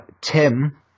Tim